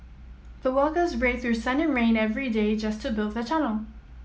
the workers braved through sun and rain every day just to build the tunnel